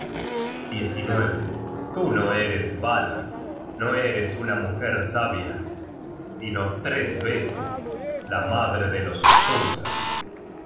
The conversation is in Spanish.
pueblos tú no eres vala no eres una mujer sabia sino tres veces la madre de los